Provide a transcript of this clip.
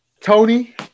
Tony